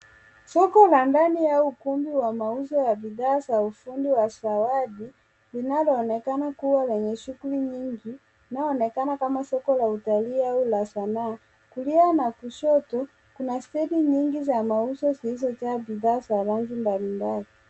Soko la ndani au ukumbi wa mauzo ya bidhaa za ufundi wa zawadi linaloonekana kuwa lenye shughuli nyingi. Inaonekana kama soko la utaliu au la sanaa. Kulia na kushoto kuna kreti nyingi za mauzo zilizojaa bidhaa za rangi mbalimbali.